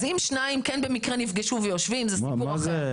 אם שניים נפגשו במקרה ויושבים, זה סיפור אחר.